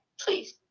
please